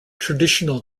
traditional